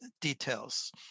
details